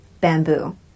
bamboo